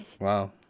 Wow